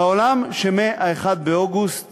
בעולם שמ-1 באוגוסט